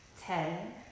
ten